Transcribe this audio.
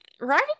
right